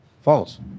false